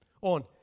on